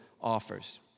offers